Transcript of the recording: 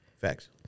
Facts